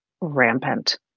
rampant